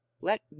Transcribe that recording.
Let